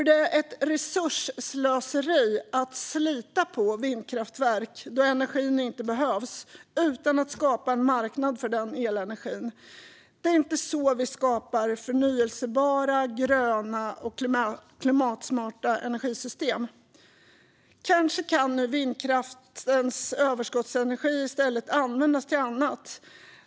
Det är ett resursslöseri att slita på vindkraftverk när energin inte behövs utan att skapa en marknad för den elenergin. Det är inte så vi skapar förnybara, gröna och klimatsmarta energisystem. Kanske kan nu vindkraftens överskottsenergi i stället användas till annat.